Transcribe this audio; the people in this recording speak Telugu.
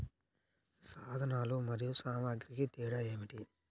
సాధనాలు మరియు సామాగ్రికి తేడా ఏమిటి?